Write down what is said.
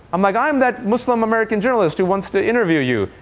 i'm like i'm that muslim-american journalist who wants to interview you.